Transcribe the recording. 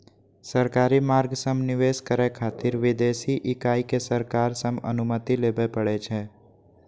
सरकारी मार्ग सं निवेश करै खातिर विदेशी इकाई कें सरकार सं अनुमति लेबय पड़ै छै